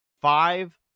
five